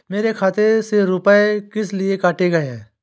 मेरे खाते से रुपय किस लिए काटे गए हैं?